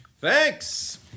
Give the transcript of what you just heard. Thanks